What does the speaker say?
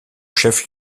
chef